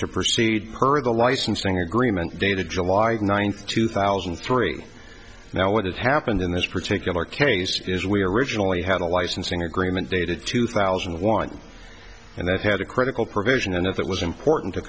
to proceed per the licensing agreement dated july ninth two thousand and three now what has happened in this particular case is we originally had a licensing agreement dated two thousand and one and it had a critical provision in it that was important to